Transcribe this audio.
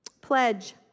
Pledge